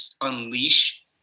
unleash